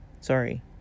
sorry